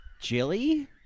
Jilly